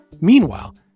Meanwhile